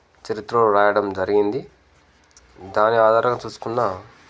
చరిత్రలో రాయడం జరిగింది దాని ఆధారంగా చూసుకున్న